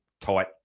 tight